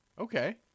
okay